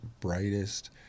brightest